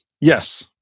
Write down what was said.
yes